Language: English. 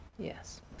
Yes